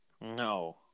No